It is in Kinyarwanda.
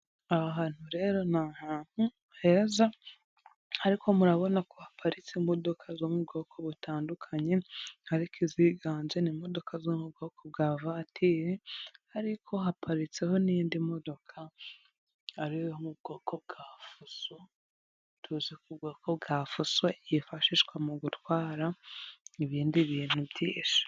Aha hantu rero ni ahantu heza, ariko murabona ko haparitse imodoka zo mu bwoko butandukanye, ariko iziganje ni imodoka zo mu bwoko bwa vatiri, ariko haparitseho n'indi modoka ari yo yo mu bwoko bwa fuso, tuzi ku bwoko bwa fuso, yifashishwa mu gutwara ibindi bintu byinshi.